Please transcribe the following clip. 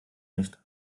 nicht